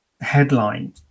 headline